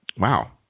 Wow